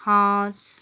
হাঁস